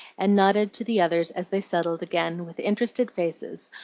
and nodded to the others as they settled again, with interested faces,